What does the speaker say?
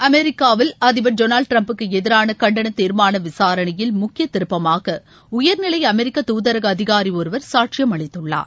அமெரிக்காவில் அதிபர் டொனால்டு டிரம்ப்புக்கு எதிரான கண்டன தீர்மான விசாரணையில் முக்கிய திருப்பமாக உயர்நிலை அமெரிக்க தூதரக அதிகாரி ஒருவர் சாட்சியம் அளித்துள்ளார்